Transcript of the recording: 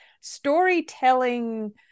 storytelling